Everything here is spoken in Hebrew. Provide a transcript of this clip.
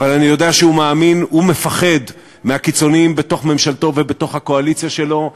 אבל אני יודע שהוא מפחד מהקיצונים בתוך ממשלתו ובתוך הקואליציה שלו,